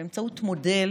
באמצעות מודל